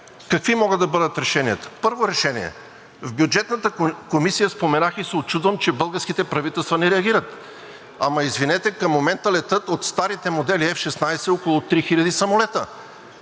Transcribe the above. Какви могат да бъдат решенията? Първо решение. В Бюджетната комисия споменах и се учудвам, че българските правителства не реагират. Ама извинете, към момента летят от старите модели F-16 около три хиляди самолета!